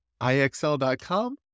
IXL.com